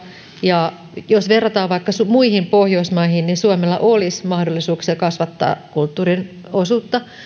ja jos verrataan vaikka muihin pohjoismaihin suomella olisi mahdollisuuksia kasvattaa kulttuurin osuutta